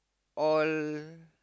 all